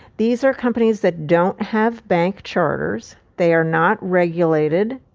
these are companies that don't have bank charters. they are not regulated.